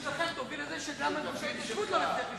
שלכם תוביל לזה שגם את גושי ההתיישבות לא נצליח לשמור.